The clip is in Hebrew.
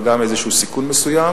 אבל גם איזה סיכון מסוים.